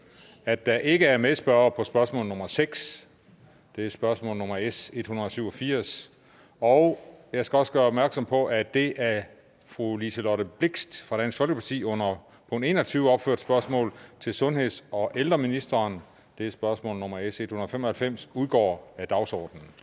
er en medspørger på spørgsmål nr. 6, og det er spørgsmål nr. S 187. Jeg skal også gøre opmærksom på, at det af fru Liselott Blixt fra Dansk Folkeparti under punkt 21 opførte spørgsmål til sundheds- og ældreministeren, spørgsmål nr. S 195, udgår af dagsordenen.